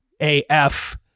AF